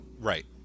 Right